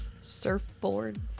Surfboard